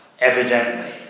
evidently